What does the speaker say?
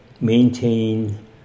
maintain